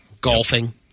golfing